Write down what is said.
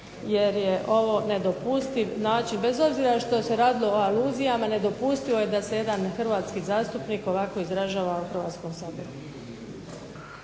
jer je ovo nedopustiv način. Bez obzira što se radilo o aluzijama nedopustivo je da se jedan hrvatski zastupnik ovako izražava u Hrvatskom saboru.